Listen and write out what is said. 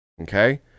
okay